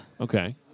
Okay